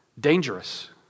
dangerous